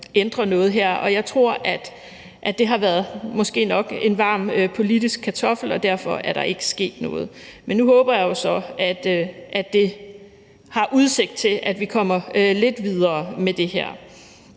ændrer noget her. Jeg tror, at det måske nok har været en varm politisk kartoffel, og derfor er der ikke sket noget. Men nu håber jeg jo så, at der er udsigt til, at vi kommer lidt videre med det her.